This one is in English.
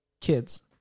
kids